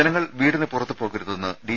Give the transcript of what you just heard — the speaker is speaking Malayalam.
ജനങ്ങൾ വീടിന് പുറത്ത് പോകരുതെന്ന് ഡി